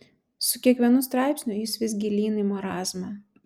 su kiekvienu straipsniu jis vis gilyn į marazmą